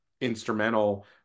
instrumental